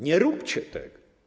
Nie róbcie tego.